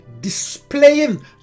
displaying